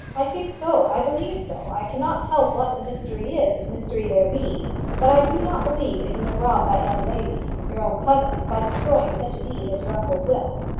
i think so. i believe so. i cannot tell what the mystery is, if mystery there be but i do not believe that you have robbed that young lady, your own cousin, by destroying such a deed as your uncle's will.